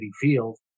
Field